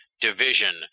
division